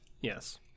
Yes